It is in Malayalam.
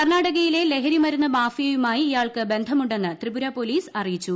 കർണ്ണാടകയിലെ ലഹരി മരുന്ന് മാഫിയയുമായി ഇയാൾക്ക് ബന്ധമുണ്ടെന്ന് ത്രിപുര പോലീസ് അറിയിച്ചു